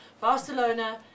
Barcelona